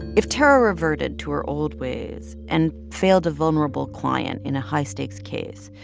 if tarra reverted to her old ways and failed a vulnerable client in a high-stakes case,